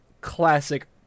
classic